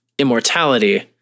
Immortality